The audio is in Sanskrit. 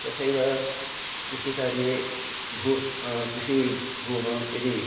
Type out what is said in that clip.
तथैव कृषिकार्ये भूमौ कृषिभूमं यदि